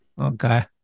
Okay